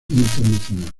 internacionales